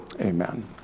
amen